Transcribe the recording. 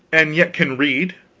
and yet can read?